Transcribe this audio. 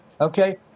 Okay